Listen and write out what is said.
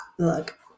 look